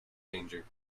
danger